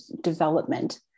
development